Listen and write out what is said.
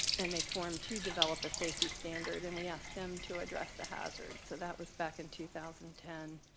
and they formed to develop a safety standard. and we asked them to address the hazards. so that was back in two thousand and ten.